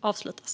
avslutas.